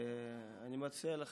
ואני מציע לכם,